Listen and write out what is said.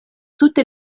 tute